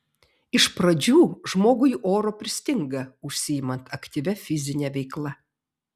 iš pradžių žmogui oro pristinga užsiimant aktyvia fizine veikla